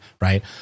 right